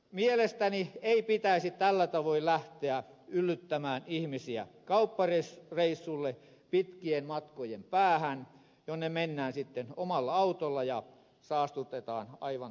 mielestäni ei pitäisi tällä tavoin lähteä yllyttämään ihmisiä kauppareissulle pitkien matkojen päähän jonne mennään sitten omalla autolla ja saastutetaan aivan turhaan